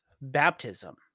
baptism